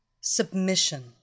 Submission